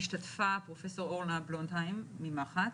פרופ' אורנה בלונדהיים ממח"ץ,